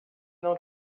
não